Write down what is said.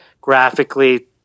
graphically